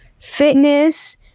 fitness